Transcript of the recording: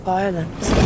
Violence